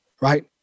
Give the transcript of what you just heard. right